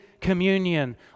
communion